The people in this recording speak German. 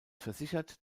versichert